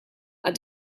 are